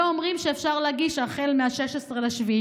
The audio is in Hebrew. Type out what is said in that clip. ואומרים שאפשר להגיש החל מ-16 ביולי,